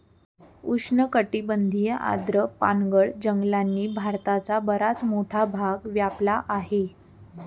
उष्णकटिबंधीय आर्द्र पानगळ जंगलांनी भारताचा बराच मोठा भाग व्यापला आहे